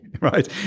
right